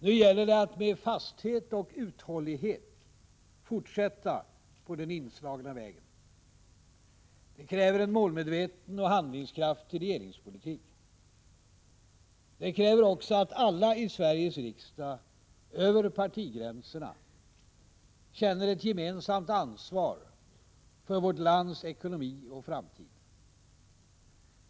Nu gäller det att med fasthet och uthållighet fortsätta på den inslagna vägen. Det kräver en målmedveten och handlingskraftig regeringspolitik; det kräver också att alla i Sveriges riksdag över partigränserna känner ett gemensamt ansvar för vårt lands ekonomi och framtid.